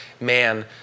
man